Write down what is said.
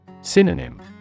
Synonym